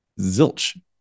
zilch